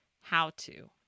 how-to